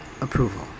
approval